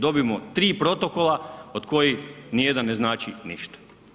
Dobimo tri protokola od kojih ni jedan ne znači ništa.